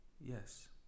yes